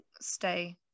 stay